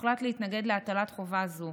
הוחלט להתנגד להטלת חובה זו.